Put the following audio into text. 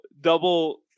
double